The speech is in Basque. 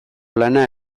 lana